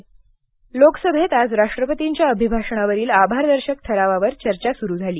लोकसभा लोकसभेत आज राष्ट्रपतींच्या अभिभाषणावरील आभारदर्शक ठरावावर चर्चा सुरू झाली